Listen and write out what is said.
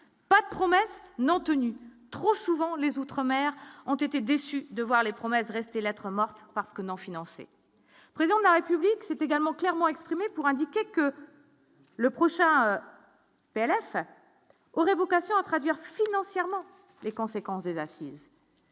pas de promesses non tenues trop souvent les outre-mer ont été déçus de voir les promesses de rester lettre morte parce que non financées. Président de la République s'est également clairement exprimée pour indiquer que le prochain PLFSS aurait vocation à traduire financièrement les conséquences des assises.